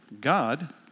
God